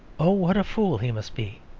oh what a fool he must be!